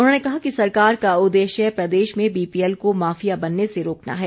उन्होंने कहा कि सरकार का उद्देश्य प्रदेश में बीपीएल को माफिया बनने से रोकना है